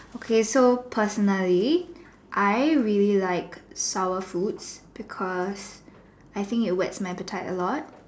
okay so personally I really like sour fruits because I think it wets my appetite a lot